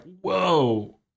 whoa